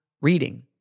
reading